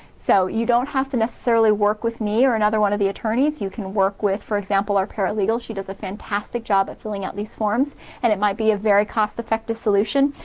so you don't have to neessarily work with me or another one of the attorneys, you can work with, for example, our paralegal she does a fantastic job at filling out these forms and it might be a very cost effective solution,